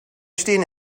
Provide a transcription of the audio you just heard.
stehen